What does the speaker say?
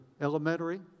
elementary